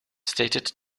stated